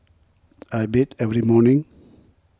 I bathe every morning